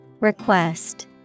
request